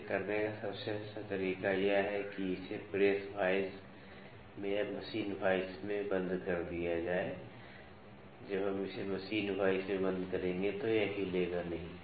इसे करने का सबसे अच्छा तरीका यह है कि इसे प्रेस वाइस में या मशीन वाइस में बंद कर दिया जाए जब हम इसे मशीन वाइस में बंद करेंगे तो यह हिलेगा नहीं